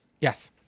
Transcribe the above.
yes